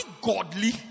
godly